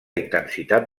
intensitat